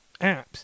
apps